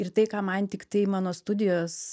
ir tai ką man tiktai mano studijos